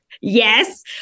Yes